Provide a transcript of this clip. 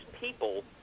people